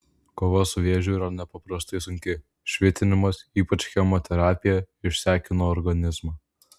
kova su vėžiu yra nepaprastai sunki švitinimas ypač chemoterapija išsekina organizmą